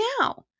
now